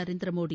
Narendra Modi